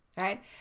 right